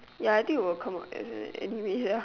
ya I think it will come out is it anyway ya